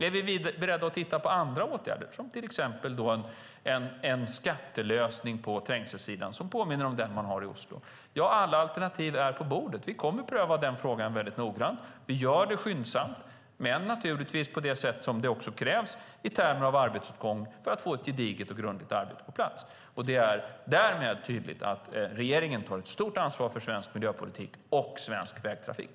Är vi beredda att titta på andra åtgärder, till exempel en skattelösning på trängselsidan som påminner om den som finns i Oslo? Ja, alla alternativ är på bordet. Vi kommer att pröva frågan noggrant. Vi gör det skyndsamt men naturligtvis på det sätt som krävs i termer av arbetsåtgång för att få ett gediget och grundligt arbete på plats. Det är därmed tydligt att regeringen tar ett stort ansvar för svensk miljöpolitik och svensk vägtrafik.